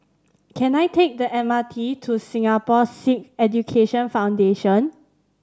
can I take the M R T to Singapore Sikh Education Foundation